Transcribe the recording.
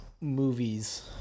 movies